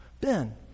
Ben